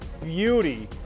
beauty